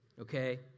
okay